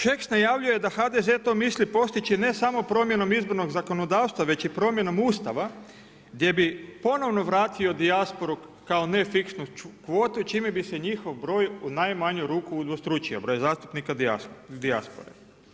Šeks najavljuje da HDZ to misli postići ne samo promjenom izbornog zakonodavstva, već i promjenom Ustava gdje bi ponovno vratio dijasporu kao nefiksu kvotu, čime bi se njihov broj u najmanju ruku udvostručio, broj zastupnika dijaspore.